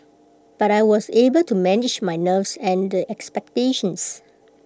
but I was able to manage my nerves and the expectations